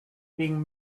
being